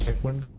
one